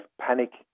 panic